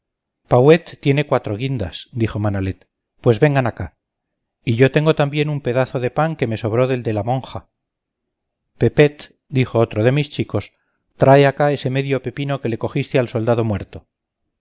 tiene cuatro guindas dijo manalet pues vengan acá y yo tengo también un pedazo de pan que me sobró del de la monja pepet dijo otro de mis chicos trae acá ese medio pepino que le cogiste al soldado muerto